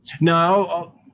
No